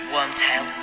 Wormtail